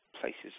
places